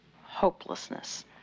hopelessness